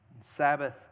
Sabbath